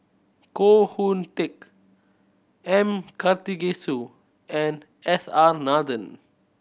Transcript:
Koh Hoon Teck M Karthigesu and S R Nathan